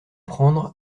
prendre